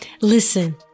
Listen